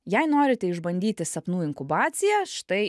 jei norite išbandyti sapnų inkubaciją štai